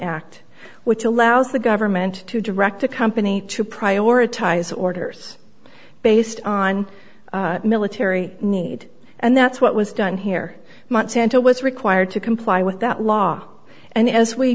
act which allows the government to direct the company to prioritize orders based on military need and that's what was done here monsanto was required to comply with that law and as we